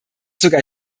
sogar